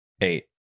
Eight